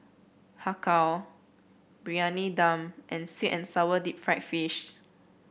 Har Kow Briyani Dum and sweet and sour Deep Fried Fish